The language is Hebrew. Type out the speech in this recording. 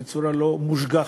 בצורה לא מושגחת,